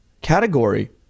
category